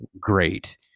great